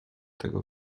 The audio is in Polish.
tego